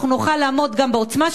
ואם אנחנו לא נשים את זה בראש סדר העדיפות